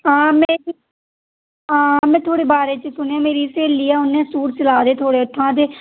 हां में सुनेआ थुआढ़े बारे च सुनेआ मेरी स्हेली ऐ उ'न्नै सूट सिआए दे थुआढ़े उत्थूं ते